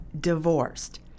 divorced